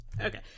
Okay